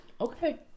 Okay